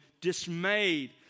dismayed